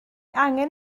angen